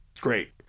great